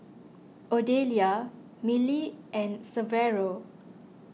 Odelia Milly and Severo